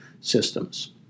systems